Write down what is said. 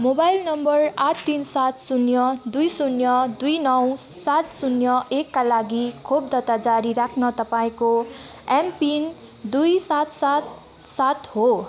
mobile number आठ तिन सात शून्य दुई शून्य दुई नौ सात शून्य एकका लागि खोप दर्ता जारी राख्न तपाईँँको एमपिन दुई सात सात सात हो